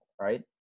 Right